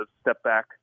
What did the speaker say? step-back